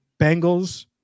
bengals